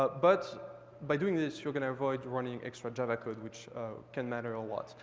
but but by doing this, you're going to avoid running extra java code, which can matter a lot.